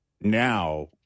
now